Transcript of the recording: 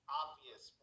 obvious